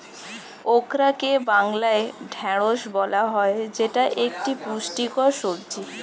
ওকরাকে বাংলায় ঢ্যাঁড়স বলা হয় যেটা একটি পুষ্টিকর সবজি